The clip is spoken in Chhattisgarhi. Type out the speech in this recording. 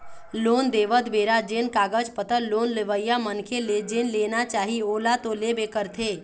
लोन देवत बेरा जेन कागज पतर लोन लेवइया मनखे ले जेन लेना चाही ओला तो लेबे करथे